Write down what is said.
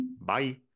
bye